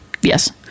yes